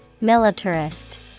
Militarist